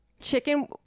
Chicken